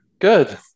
Good